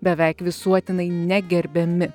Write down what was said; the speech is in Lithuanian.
beveik visuotinai negerbiami